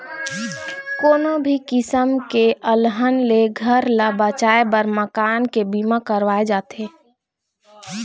कोनो भी किसम के अलहन ले घर ल बचाए बर मकान के बीमा करवाए जाथे